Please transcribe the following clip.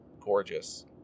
Gorgeous